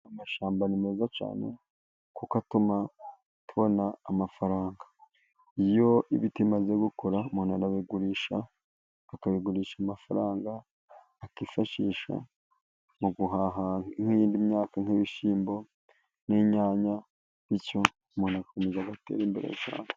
Amashyamba ni meza cyane kuko atuma tubona amafaranga, iyo ibiti bimaze gukura umuntu arabigurisha, akabigurisha amafaranga akifashisha mu guhaha nk'yindi myaka, nk'ibishyimbo ,n'inyanya bityo umuntu akomeza gutera imbere cyane.